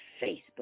Facebook